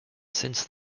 since